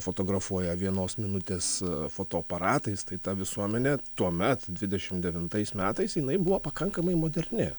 fotografuoja vienos minutės fotoaparatais tai ta visuomenė tuomet dvidešim devintais metais jinai buvo pakankamai moderni